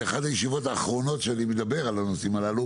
זאת אחת הישיבות האחרונות שאני מדבר על הנושאים הללו